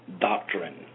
doctrine